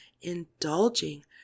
indulging